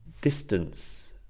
distance